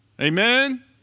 Amen